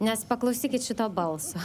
nes paklausykit šito balso